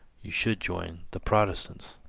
you should join the protestants.